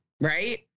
right